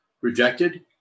rejected